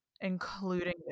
including